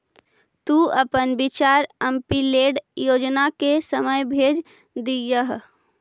तु अपन विचार एमपीलैड योजना के समय भेज दियह